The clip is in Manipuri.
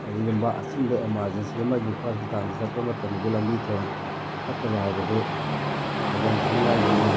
ꯀꯔꯤꯒꯨꯝꯕ ꯑꯆꯤꯟꯕ ꯑꯦꯃꯥꯔꯖꯦꯟꯁꯤ ꯑꯃꯒꯤ ꯍꯣꯁꯄꯤꯇꯥꯜꯗ ꯆꯠꯄ ꯃꯇꯝꯗꯁꯨ ꯂꯝꯕꯤ ꯊꯣꯡ ꯐꯠꯇꯕ ꯍꯥꯏꯕꯁꯤ ꯈꯨꯗꯣꯡ ꯊꯤꯅꯤꯡꯉꯥꯏꯅꯤ